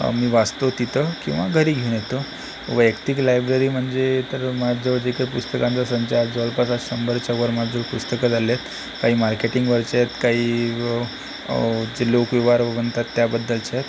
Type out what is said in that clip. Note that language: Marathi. मी वाचतो तिथं किंवा घरी घेऊन येतो वैयक्तिक लायब्ररी म्हणजे तर माझ्याजवळ जे काही पुस्तकांचा संचय आहे जवळपास आज शंभरच्यावर माझं पुस्तकं झालेले आहेत काही मार्केटिंगवरचे आहेत काही जे लोकव्यवहार म्हणतात त्याबद्दलचे आहेत